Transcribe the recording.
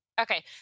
Okay